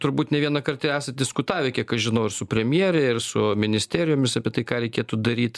turbūt ne vieną kartą esat diskutavę kiek aš žinau ir su premjere ir su ministerijomis apie tai ką reikėtų daryt